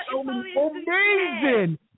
amazing